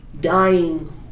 dying